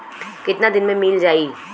कितना दिन में मील जाई?